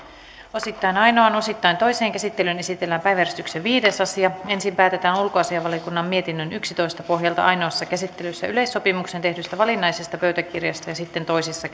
osittain ainoaan osittain toiseen käsittelyyn esitellään päiväjärjestyksen viides asia ensin päätetään ulkoasiainvaliokunnan mietinnön yksitoista pohjalta ainoassa käsittelyssä yleissopimukseen tehdystä valinnaisesta pöytäkirjasta ja sitten toisessa